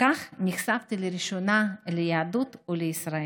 כך נחשפתי לראשונה ליהדות ולישראל.